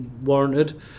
warranted